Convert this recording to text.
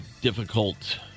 difficult